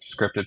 scripted